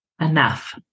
enough